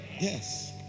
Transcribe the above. Yes